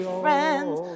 friends